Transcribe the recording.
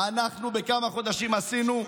אנחנו בכמה חודשים עשינו,